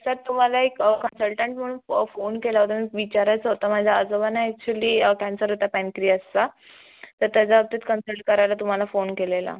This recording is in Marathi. सर तुम्हाला एक कन्सलटंट म्हणून फोन केला होता विचारायचं होतं माझ्या आजोबांना अॅक्चुली कॅन्सर होता पॅन्क्रियासचा तर त्याच्या बाबतीत कन्सल्ट करायला तुम्हाला फोन केलेला